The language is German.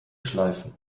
schleifen